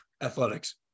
athletics